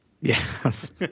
Yes